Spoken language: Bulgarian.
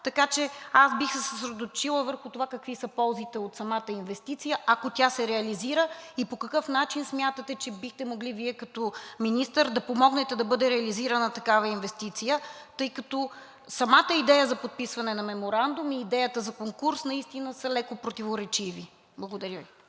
парка. Аз бих се съсредоточила върху това какви са ползите от самата инвестиция, ако тя се реализира, и по какъв начин смятате, че бихте могли Вие като министър да помогнете да бъде реализирана такава инвестиция, тъй като самата идея за подписване на Меморандум и идеята за конкурс са леко противоречиви? Благодаря Ви.